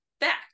back